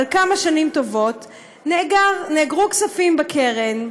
אבל כמה שנים נאגרו כספים בקרן,